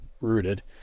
rooted